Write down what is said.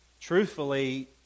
truthfully